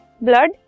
blood